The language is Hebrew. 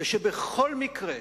ושבכל מקרה